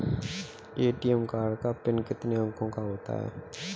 ATM card का PIN कितने अंकों का होता है?